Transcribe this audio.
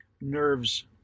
Nerves